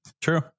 True